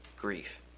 grief